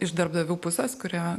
iš darbdavių pusės kurie